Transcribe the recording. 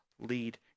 lead